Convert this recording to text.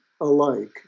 alike